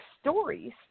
stories